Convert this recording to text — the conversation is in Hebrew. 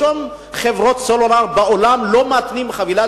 בשום חברת סלולר בעולם לא מתנים קניית